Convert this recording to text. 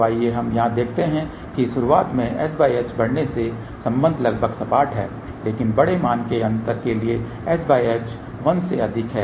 तो आइए हम यहाँ देखते हैं कि शुरुआत में sh बढ़ने से संबंध लगभग सपाट है लेकिन बड़े मान के अंतर लिए sh 1 से अधिक है